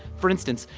for instance,